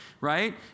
right